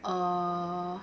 err